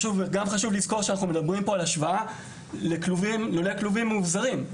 חשוב לזכור שאנחנו מדברים על השוואה ללולי כלובים מאובזרים.